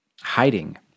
hiding